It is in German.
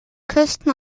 küsten